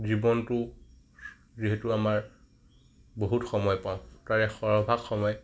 জীৱনটো যিহেতু আমাৰ বহুত সময় পাওঁ তাৰে সৰহ ভাগ সময়